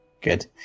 Good